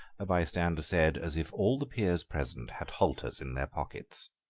a bystander said, as if all the peers present had halters in their pockets.